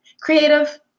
Creative